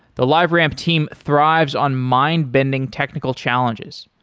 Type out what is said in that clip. the liveramp team thrives on mind-bending technical challenges.